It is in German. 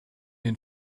den